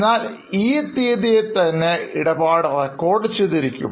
എന്നാൽ ഈ തീയതിയിൽ തന്നെ ഇടപാട് റെക്കോർഡ് ചെയ്തിരിക്കും